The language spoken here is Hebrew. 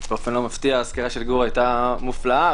באופן לא מפתיע הסקירה של גור הייתה מופלאה,